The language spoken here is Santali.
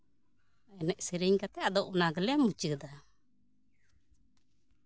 ᱮᱱᱮᱡ ᱥᱮᱨᱮᱧ ᱠᱟᱛᱮᱜ ᱚᱱᱟ ᱜᱮᱞᱮ ᱢᱩᱪᱟᱹᱫᱟ